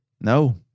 no